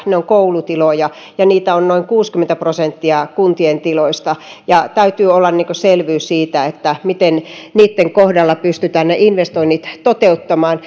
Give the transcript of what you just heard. ne ovat koulutiloja ja niitä on noin kuusikymmentä prosenttia kuntien tiloista täytyy olla selvyys siitä miten niitten kohdalla pystytään ne investoinnit toteuttamaan